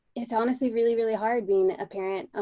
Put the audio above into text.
it's honestly really, really hard being a parent.